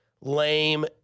lame